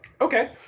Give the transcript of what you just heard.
Okay